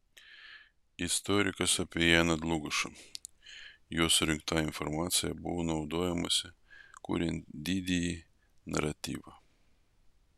istorikas apie janą dlugošą jo surinkta informacija buvo naudojamasi kuriant didįjį naratyvą